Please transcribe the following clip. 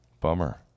Bummer